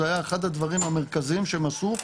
זה היה אחד הדברים המרכזיים שהם עשו,